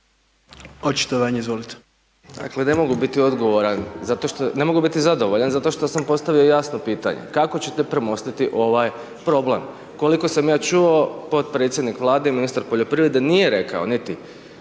Domagoj (SDP)** Dakle, ne mogu biti odgovoran, zato što, ne mogu biti zadovoljan zato što sam postavio jasno pitanje. Kako ćete premostiti ovaj problem? Koliko sam ja čuo, potpredsjednik Vlade i ministar poljoprivrede nije rekao niti da